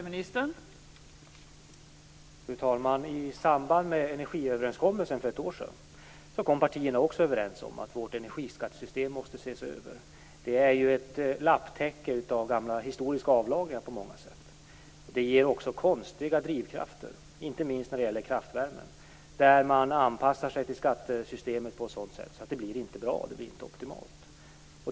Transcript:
Fru talman! I samband med energiöverenskommelsen för ett år sedan kom partierna också överens om att vårt energiskattesystem måste ses över. Det är ju ett lapptäcke av gamla historiska avlagringar på många sätt. Det ger också konstiga drivkrafter, inte minst när det gäller kraftvärmen. Man anpassar sig till skattesystemet på ett sådant sätt att det inte blir bra. Det blir inte optimalt.